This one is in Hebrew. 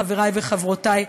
חברי וחברותי,